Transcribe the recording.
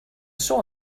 saw